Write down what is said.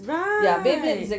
right